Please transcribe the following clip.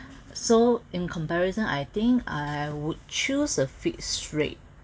so in comparison I think I would choose a fixed rate